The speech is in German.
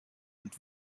und